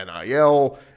NIL